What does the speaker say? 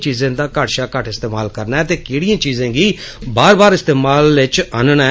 चीजें दा घटट् इस्तेमाल करना ऐ ते केड़ियें चीजें गी बार बार इस्तेमाल च आनना ऐ